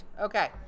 okay